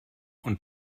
und